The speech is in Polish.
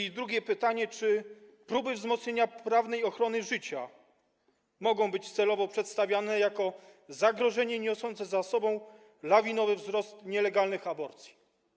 I drugie pytanie: Czy próby wzmocnienia prawnej ochrony życia mogą być celowo przedstawiane jako zagrożenie niosące za sobą lawinowy wzrost nielegalnych aborcji?